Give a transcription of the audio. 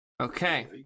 Okay